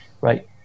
right